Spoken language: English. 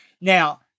Now